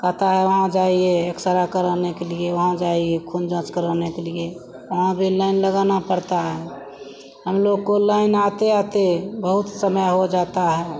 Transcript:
कहता है वहाँ जाइए एक्सरे कराने के लिए वहाँ जाइए खून जाँच कराने के लिए वहाँ भी लाइन लगानी पड़ती है हमलोग को लाइन आते आते बहुत समय हो जाता है